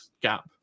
gap